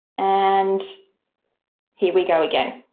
and here we go again.